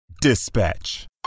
Dispatch